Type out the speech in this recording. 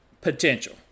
potential